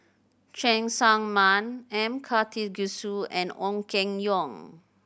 Cheng Tsang Man M Karthigesu and Ong Keng Yong